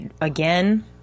Again